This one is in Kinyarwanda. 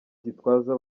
gitwaza